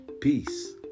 peace